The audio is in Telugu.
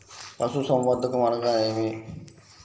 పశుసంవర్ధకం అనగా ఏమి?